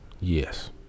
Yes